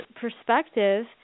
perspective